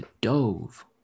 dove